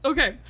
Okay